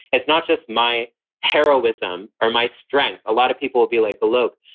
it's not just my heroism or my strength. a lot of people will be like, alok,